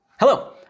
Hello